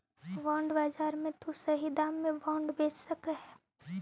bond बाजार में तु सही दाम में बॉन्ड बेच सकऽ हे